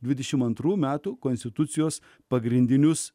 dvidešim antrų metų konstitucijos pagrindinius